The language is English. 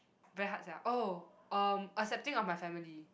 very hard sia oh um accepting of my family